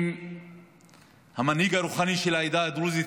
עם המנהיג הרוחני של העדה הדרוזית,